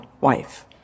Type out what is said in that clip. wife